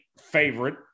favorite